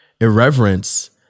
irreverence